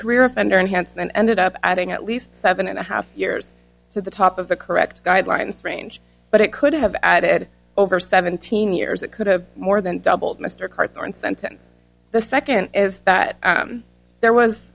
hansen ended up adding at least seven and a half years to the top of the correct guidelines range but it could have added over seventeen years that could have more than doubled mr carter in sentence the second is that there was